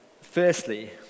Firstly